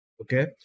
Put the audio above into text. okay